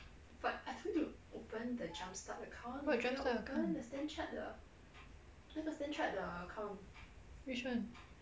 what jump start account which one